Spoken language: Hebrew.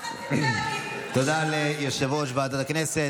תודה ליושב-ראש ועדת הכנסת.